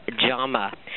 JAMA